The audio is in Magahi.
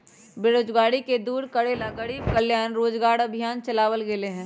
बेरोजगारी के दूर करे ला गरीब कल्याण रोजगार अभियान चलावल गेले है